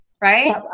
right